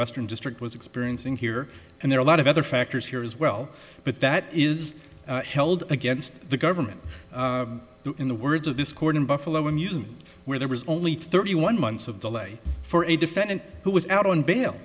western district was experiencing here and there are a lot of other factors here as well but that is held against the government in the words of this court in buffalo news where there was only thirty one months of delay for a defendant who was out on